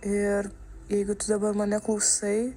ir jeigu tu dabar mane klausai